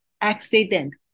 accident